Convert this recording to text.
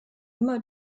immer